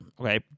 Okay